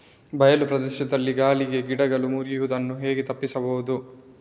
ಬಯಲು ಪ್ರದೇಶದಲ್ಲಿ ಗಾಳಿಗೆ ಗಿಡಗಳು ಮುರಿಯುದನ್ನು ಹೇಗೆ ತಪ್ಪಿಸಬಹುದು?